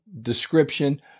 description